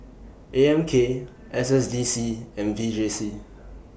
A M K S S D C and V J C